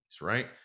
Right